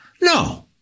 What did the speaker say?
No